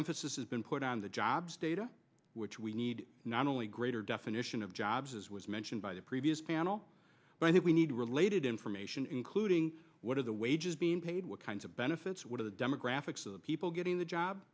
emphasis has been put on the jobs data which we need not only greater definition of jobs as was mentioned by the previous panel but i think we need related information including what are the wages being paid what kinds of benefits what are the demographics of the people getting the job